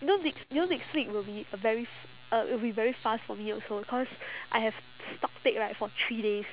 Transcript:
you know next you know next week will be a very f~ uh it will be very fast for me also cause I have s~ stock take right for three days